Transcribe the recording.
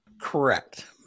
Correct